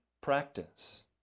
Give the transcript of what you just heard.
practice